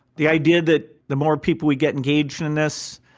the idea that the more people we get engaged in this,